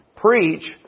Preach